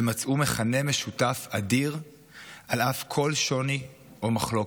ומצאו מכנה משותף אדיר על אף כל שוני או מחלוקת.